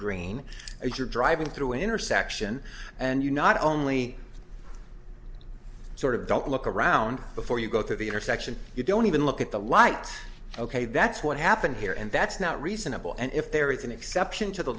green as you're driving through an intersection and you not only sort of don't look around before you go through the intersection you don't even look at the light ok that's what happened here and that's not reasonable and if there is an exception to the